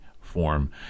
form